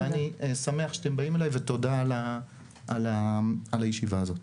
ואני שמח שאתם באים אליי, ותודה על הישיבה הזו.